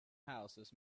houses